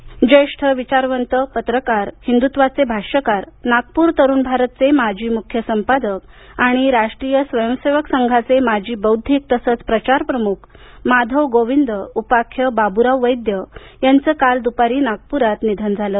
वैद्य निधन ज्येष्ठ विचारवंत पत्रकार हिंद्त्वाचे भाष्यकार नागपूर तरुण भारतचे माजी मुख्य संपादक आणि राष्ट्रीय स्वयंसेवक संघाचे माजी बौद्धिक तसंच प्रचार प्रमुख माधव गोविंद उपाख्य बाबुराव वैद्य यांचं काल दुपारी नागपुरात निधन झालं